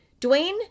Dwayne